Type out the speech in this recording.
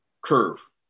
curve